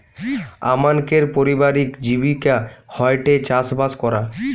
আমানকের পারিবারিক জীবিকা হয়ঠে চাষবাস করা